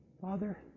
Father